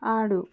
ఆడు